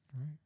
Right